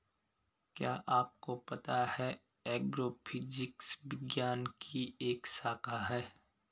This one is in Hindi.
क्या आपको पता है एग्रोफिजिक्स विज्ञान की एक शाखा है?